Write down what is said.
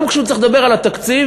גם כשהוא צריך לדבר על התקציב,